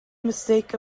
mistake